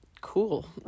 cool